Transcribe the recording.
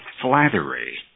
flattery